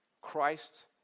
Christ